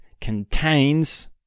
contains